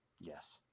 Yes